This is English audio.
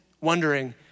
wondering